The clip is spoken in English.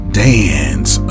dance